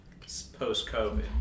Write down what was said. post-COVID